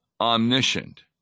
omniscient